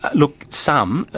look, some.